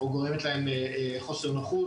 או גורמת לחוסר נוחות.